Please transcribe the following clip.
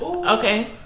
Okay